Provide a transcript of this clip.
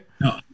No